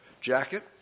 jacket